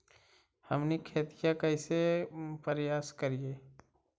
हमनी खेतीया कइसे परियास करियय?